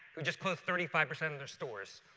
who just closed thirty five percent of their stores?